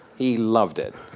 he loved it.